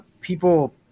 people